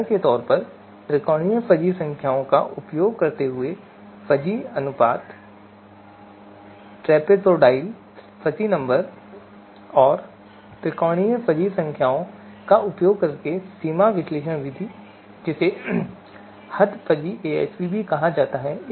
उदाहरण के लिए त्रिकोणीय फ़ज़ी संख्याओं का उपयोग करते हुए फ़ज़ी अनुपात ट्रैपेज़ॉइडल फ़ज़ी नंबर और त्रिकोणीय फ़ज़ी संख्याओं का उपयोग करके सीमा विश्लेषण विधि जिसे हद फ़ज़ी AHP भी कहा जाता है